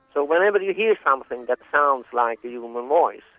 so whenever you hear something that sounds like a human voice,